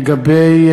לגבי